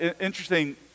Interesting